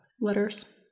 letters